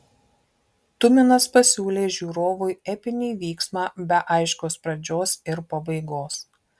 tuminas pasiūlė žiūrovui epinį vyksmą be aiškios pradžios ir pabaigos